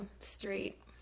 straight